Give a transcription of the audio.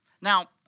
Now